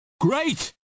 Great